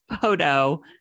photo